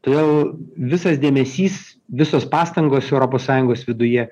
todėl visas dėmesys visos pastangos europos sąjungos viduje